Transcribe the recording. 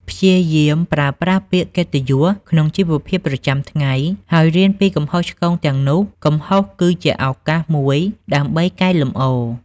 ព្យាយាមប្រើប្រាស់ពាក្យកិត្តិយសក្នុងជីវភាពប្រចាំថ្ងៃ ហើយរៀនពីកំហុសឆ្គងទាំងនោះ កំហុសគឺជាឱកាសមួយដើម្បីកែលម្អ។